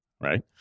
right